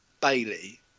Bailey